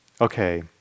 okay